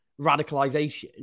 radicalization